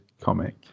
comic